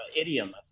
idiom